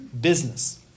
business